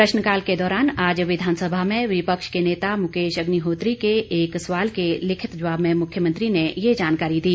प्रश्नकाल के दौरान आज विधानसभा में विपक्ष के नेता मुकेश अग्निहोत्री के एक सवाल के लिखित जवाब में मुख्यमंत्री ने ये जानकारी दी